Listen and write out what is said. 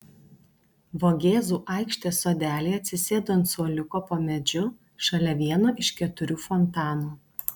vogėzų aikštės sodelyje atsisėdu ant suoliuko po medžiu šalia vieno iš keturių fontanų